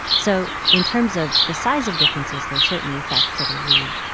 so in terms of the size of differences, there are certainly effects that are really,